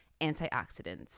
antioxidants